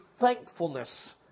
thankfulness